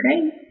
great